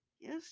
Yes